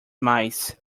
mice